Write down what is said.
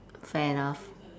fair enough